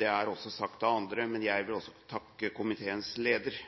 Det er også sagt av andre, men jeg vil også takke komiteens leder